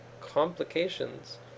complications